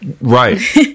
Right